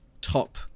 top